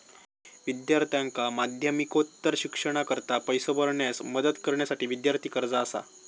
विद्यार्थ्यांका माध्यमिकोत्तर शिक्षणाकरता पैसो भरण्यास मदत करण्यासाठी विद्यार्थी कर्जा असा